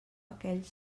aquells